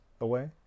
away